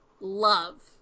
love